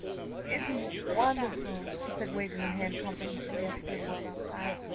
isn't it wonderful? she said, waving her hand comprehensively at the good world outside.